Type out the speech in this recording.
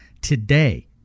Today